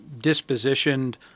dispositioned